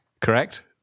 Correct